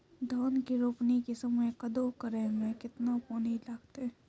धान के रोपणी के समय कदौ करै मे केतना पानी लागतै?